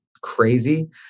crazy